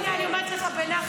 הינה, אני אומרת לך בנחת.